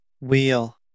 wheel